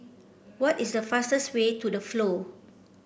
what is the fastest way to The Flow